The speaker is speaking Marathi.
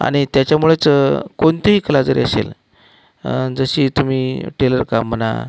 आणि त्याच्यामुळेच कोणतीही कला जरी असेल जशी तुम्ही टेलर काम म्हणा